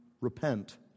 Repent